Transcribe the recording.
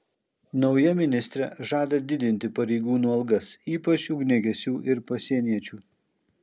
nauja ministrė žada didinti pareigūnų algas ypač ugniagesių ir pasieniečių